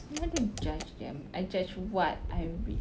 I don't judge them I judge what I read